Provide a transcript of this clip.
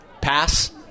pass